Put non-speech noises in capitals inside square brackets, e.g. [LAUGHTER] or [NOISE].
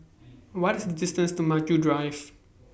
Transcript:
[NOISE] What IS The distance to Maju Drive